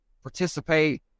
participate